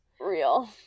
Real